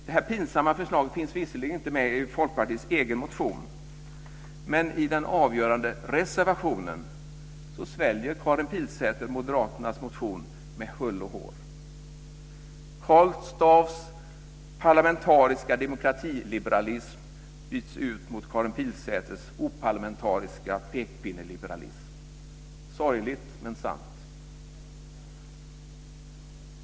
Det här pinsamma förslaget finns visserligen inte med i Folkpartiets egen motion men i den avgörande reservationen sväljer Karin Pilsäter Moderaternas motion med hull och hår. Karl Staaffs parlamentariska demokratiliberalism byts ut mot Karin Pilsäters oparlamentariska pekpinneliberalism - sorgligt men sant!